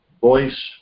voice